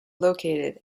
located